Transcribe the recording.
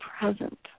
present